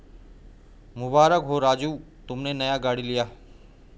मुबारक हो राजू तुमने नया गाड़ी लिया